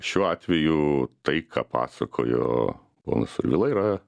šiuo atveju tai ką pasakojo ponas survila yra